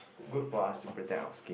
good for us to protect our skin